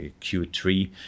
Q3